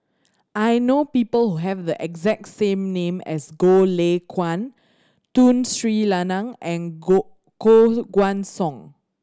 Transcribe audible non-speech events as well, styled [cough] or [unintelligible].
I know people have the exact same name as Goh Lay Kuan Tun Sri Lanang and [unintelligible] Koh Guan Song